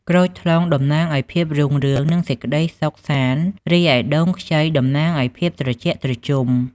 ក្រូចថ្លុងតំណាងឲ្យភាពរុងរឿង និងសេចក្តីសុខសាន្ត រីឯដូងខ្ចីតំណាងឲ្យភាពត្រជាក់ត្រជុំ។